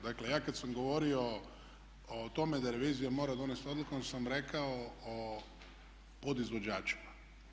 Dakle, ja kad sam govorio o tome da revizija mora donijeti odluku onda sam rekao o podizvođačima.